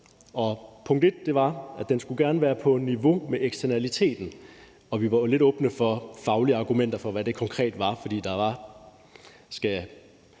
Punkt 1 var, at den gerne skulle være på niveau med eksternaliteten, og vi var jo lidt åbne for faglige argumenter for, hvad det konkret var, for der var,